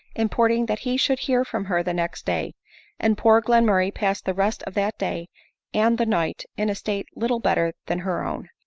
import ing that he should hear from her the next day and poor glenmurray passed the rest of that day and the night in a state little better than her own.